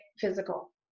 physical